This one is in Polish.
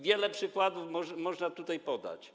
Wiele przykładów można tutaj podać.